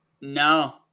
No